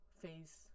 face